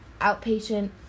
Outpatient